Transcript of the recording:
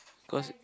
cause